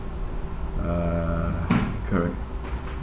uh correct